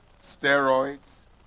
steroids